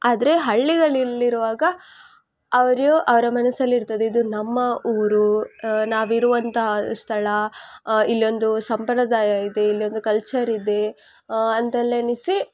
ಆದರೆ ಹಳ್ಳಿಗಳಿಲ್ಲಿರುವಾಗ ಅವರು ಅವರ ಮನಸ್ಸಲ್ಲಿರುತ್ತದೆ ಇದು ನಮ್ಮ ಊರು ನಾವಿರುವಂತ ಸ್ಥಳ ಇಲೊಂದು ಸಂಪ್ರದಾಯ ಇದೆ ಇಲೊಂದು ಕಲ್ಚರ್ ಇದೆ ಅಂತೆಲ್ಲ ಎಣಿಸಿ